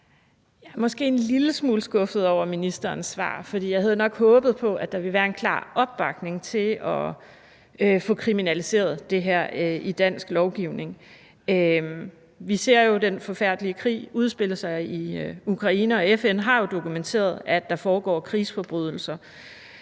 Jeg er måske en lille smule skuffet over ministerens svar, for jeg havde nok håbet på, at der ville være en klar opbakning til at få kriminaliseret det her i dansk lovgivning. Vi ser jo den forfærdelige krig udspille sig i Ukraine, og FN har jo dokumenteret, at der foregår krigsforbrydelser.